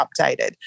updated